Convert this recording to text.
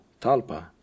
Talpa